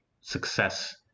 success